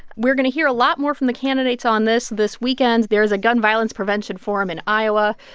we're going to hear a lot more from the candidates on this this weekend. there is a gun violence prevention forum in iowa.